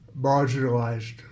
marginalized